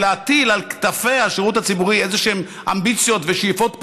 זה להטיל על כתפי השירות הציבורי איזשהן אמביציות ושאיפות פוליטיות,